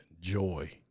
joy